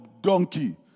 donkey